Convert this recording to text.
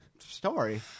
story